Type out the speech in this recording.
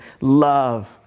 love